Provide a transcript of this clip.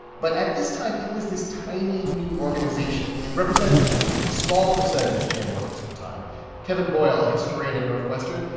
but at this time it was this tiny, new organization. it represented a small percentage of gm workers at the time kevin boyle, a historian at northwestern,